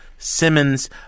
Simmons